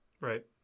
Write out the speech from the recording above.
Right